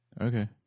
Okay